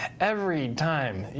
every time.